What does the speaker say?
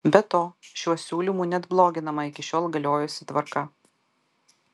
be to šiuo siūlymu net bloginama iki šiol galiojusi tvarka